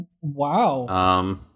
Wow